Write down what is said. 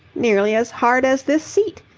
nearly as hard as this seat.